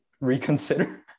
reconsider